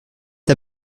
est